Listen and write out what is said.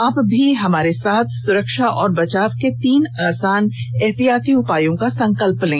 आप भी हमारे साथ सुरक्षा और बचाव के तीन आसान एहतियाती उपायों का संकल्प लें